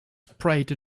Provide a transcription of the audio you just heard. sprayed